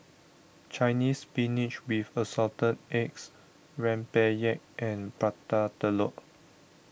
Chinese Spinach with Assorted Eggs Rempeyek and Prata Telur